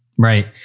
Right